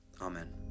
Amen